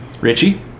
Richie